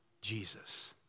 Jesus